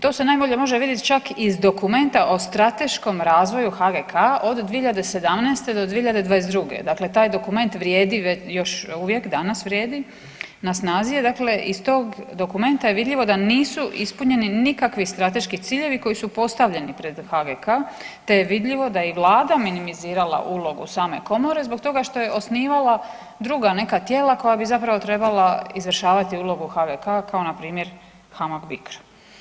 To se najbolje može vidjet čak iz dokumenta o strateškom razvoju HGK od 2017. do 2022. dakle taj dokument vrijedi još uvijek, danas vrijedi na snazi je dakle, iz tog dokumenta je vidljivo da nisu ispunjeni nikakvi strateški ciljevi koji su postavljeni pred HGK te je vidljivo da je i vlada minimizirala ulogu same komore zbog toga što je osnivala druga neka tijela koja bi zapravo trebala izvršavati ulogu HGK kao npr. HAMAG BICRO.